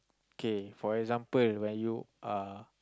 okay for example when you are